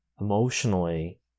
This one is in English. emotionally